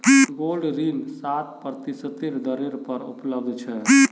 gold ऋण सात प्रतिशतेर दरेर पर उपलब्ध छ